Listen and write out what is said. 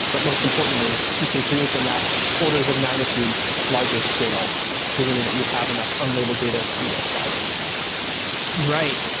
but most importantly you can create them at orders of magnitude larger scale presuming that you have enough unlabeled data to apply them to right.